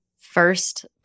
first